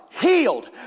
healed